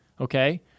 okay